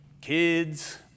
kids